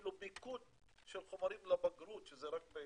אפילו מיקוד של חומרים לבגרות שזה רק בעברית.